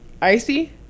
Icy